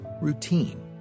routine